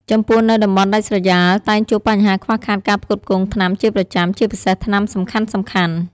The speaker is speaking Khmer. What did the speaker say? ចំពោះនៅតំបន់ដាច់ស្រយាលតែងជួបបញ្ហាខ្វះខាតការផ្គត់ផ្គង់ថ្នាំជាប្រចាំ ជាពិសេសថ្នាំសំខាន់ៗ។